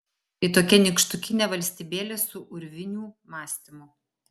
tai tokia nykštukinė valstybėlė su urvinių mąstymu